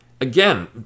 again